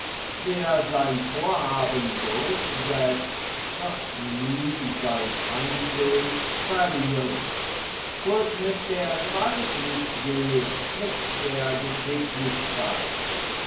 wer sein vorhaben durchsetzt wird nie sein ansehen verlieren wo es mit der gewalt nicht geht mit der geschicklichkeit